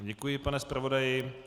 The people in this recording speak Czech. Děkuji, pane zpravodaji.